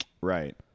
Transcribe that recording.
Right